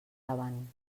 davant